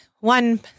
one